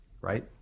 right